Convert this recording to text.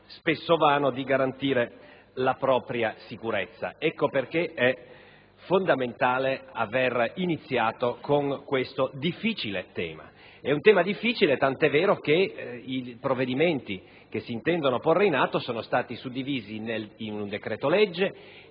spesso vano, di garantire la propria sicurezza. Ecco perché è fondamentale aver iniziato con questo difficile tema. È un tema difficile, tant'è vero che i provvedimenti che si intendono porre in atto sono stati suddivisi in un decreto-legge